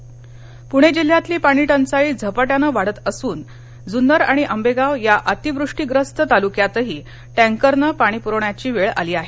tanker Pune जिल्ह्यातली पाणी टंचाई झपाट्यानं वाढत चालली असून जुन्नर आणि आंबेगाव या अतिवृष्टीय्रस्त तालुक्यातही टँकरनं पाणी पुरवण्याची वेळ आली आहे